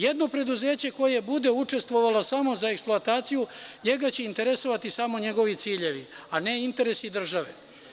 Jedno preduzeće koje bude učestvovalo samo za eksploataciju, njega će interesovati samo njegovi ciljevi, a ne interesi države.